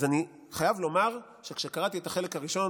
אז אני חייב לומר שכשקראתי את החלק הראשון